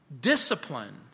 discipline